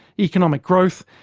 economic growth,